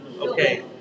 Okay